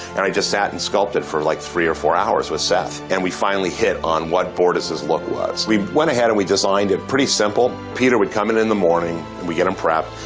and i just sat and sculpted for, like, three or four hours with seth. and we finally hit on what bortus's look was. we went ahead, and we designed it pretty simple. peter would come in the morning, and we'd get him prepped.